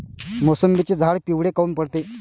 मोसंबीचे झाडं पिवळे काऊन पडते?